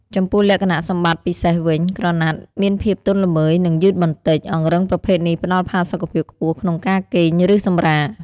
ចំពោះលក្ខណៈសម្បត្តិពិសេសវិញ ក្រណាត់មានភាពទន់ល្មើយ និងយឺតបន្តិច អង្រឹងប្រភេទនេះផ្ដល់ផាសុខភាពខ្ពស់ក្នុងការគេង ឬសម្រាក។